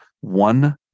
one